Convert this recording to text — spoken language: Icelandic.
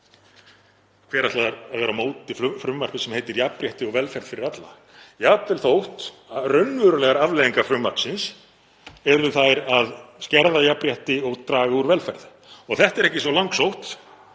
Hver ætlar að vera á móti frumvarpi sem heitir jafnrétti og velferð fyrir alla jafnvel þótt raunverulegar afleiðingar þess yrðu þær að skerða jafnrétti og draga úr velferð? Það er ekki svo langsótt